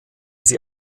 sie